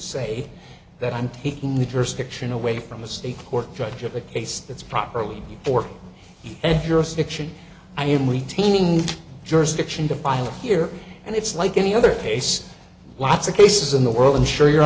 say that i'm taking the jurisdiction away from the state court judge of a case that's properly for you and your stiction i am retaining jurisdiction to file here and it's like any other case lots of cases in the world i'm sure you